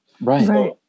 right